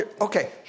Okay